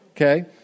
Okay